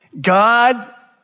God